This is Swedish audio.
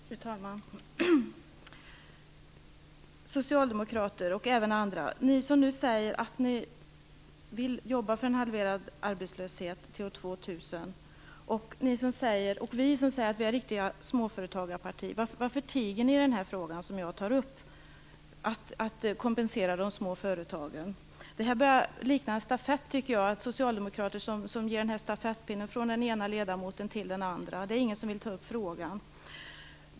Fru talman! Socialdemokrater och ni andra som säger att ni vill arbeta för en halverad arbetslöshet till år 2000 och ni som säger att ni är riktiga småföretagarpartier: Varför tiger ni i den fråga som jag tog upp, nämligen att kompensera de små företagen. Det här börjar likna en stafett med socialdemokrater som lämnar stafettpinnen från den ena ledamoten till den andra. Ingen vill ta upp frågan.